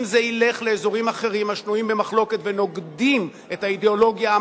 אם זה ילך לאזורים אחרים השנויים במחלוקת ונוגדים את האידיאולוגיה,